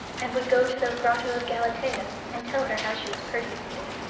and would go to the grotto of galatea, and tell her how she was persecuted.